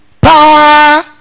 power